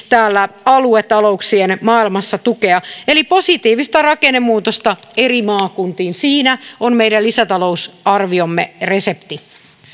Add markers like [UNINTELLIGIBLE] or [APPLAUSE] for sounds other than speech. [UNINTELLIGIBLE] täällä aluetalouksien maailmassa tukea eli positiivista rakennemuutosta eri maakuntiin siinä on meidän lisätalousarviomme resepti